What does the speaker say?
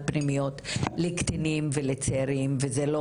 כמובן יש עמותות שמפעילות את המקלטים מטעם המשרד,